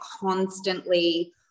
constantly